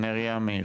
נריה מאיר.